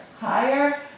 higher